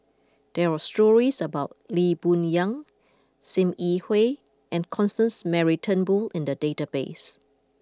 there are stories about Lee Boon Yang Sim Yi Hui and Constance Mary Turnbull in the database